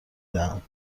دهم